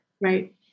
Right